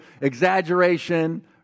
exaggeration